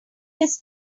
his